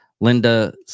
linda